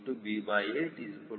cb8981